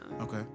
Okay